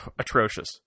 atrocious